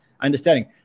understanding